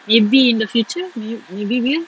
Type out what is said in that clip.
maybe in the future may~ maybe will